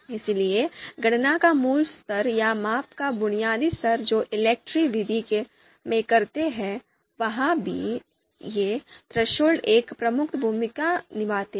इसलिए गणना का मूल स्तर या माप का बुनियादी स्तर जो हम ELECTRE विधि में करते हैं वहां भी ये थ्रेशोल्ड एक प्रमुख भूमिका निभाते हैं